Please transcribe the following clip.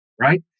right